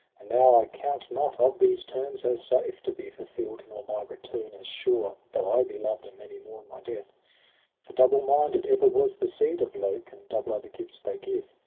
and now i count not of these terms as safe to be fulfill'd, nor my return as sure, though i be loved, and many mourn my death for double-minded ever was the seed of lok, and double are the gifts they give.